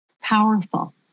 Powerful